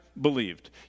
believed